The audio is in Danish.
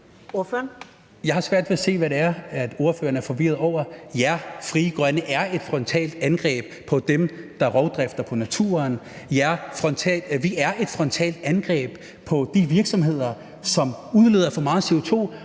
Jeg har svært ved at se, hvad det er, ordføreren er forvirret over. Ja, Frie Grønne er et frontalt angreb på dem, der driver rovdrift på naturen. Ja, vi er et frontalt angreb på de virksomheder, som udleder for meget CO2